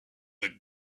that